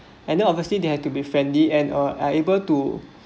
and then obviously they have to be friendly and uh are able to